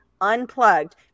unplugged